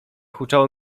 huczało